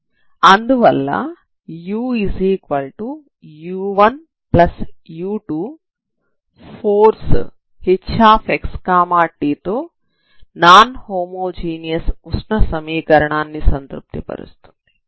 అందువల్ల uu1u2 force hxt తో non homogeneous ఉష్ణ సమీకరణాన్ని సంతృప్తి పరుస్తుంది